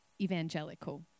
evangelical